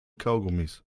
kaugummis